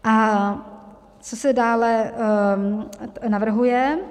A co se dále navrhuje?